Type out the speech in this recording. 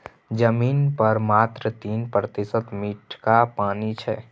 जमीन पर मात्र तीन प्रतिशत मीठका पानि छै